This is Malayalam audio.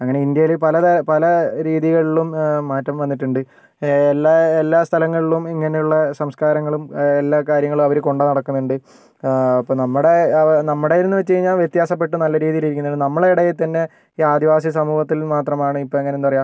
അങ്ങനെ ഇന്ത്യയില് പലതര പല രീതികളിലും മാറ്റം വന്നിട്ടുണ്ട് എല്ലാ എല്ലാ സ്ഥലങ്ങളിലും ഇങ്ങനെയുള്ള സംസ്കാരങ്ങളും എല്ലാകാര്യങ്ങളും അവര് കൊണ്ടുനടക്കുന്നുണ്ട് അപ്പോൾ നമ്മുടെ നമ്മുടേതെന്ന് വെച്ചു കഴിഞ്ഞാൽ വ്യത്യാസപ്പെട്ട് നല്ല രീതിയിൽ ഇരിക്കുന്നുണ്ട് നമ്മളുടെ ഇടയിൽ തന്നെ ഈ ആദിവാസി സമൂഹത്തിൽ മാത്രമാണ് ഇപ്പം അങ്ങനെ എന്താ പറയുക